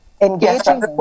engaging